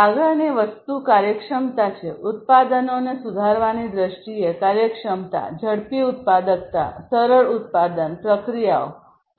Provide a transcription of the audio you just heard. આગળની વસ્તુ કાર્યક્ષમતા છે ઉત્પાદનોને સુધારવાની દ્રષ્ટિએ કાર્યક્ષમતા ઝડપી ઉત્પાદકતા સરળ ઉત્પાદન પ્રક્રિયાઓ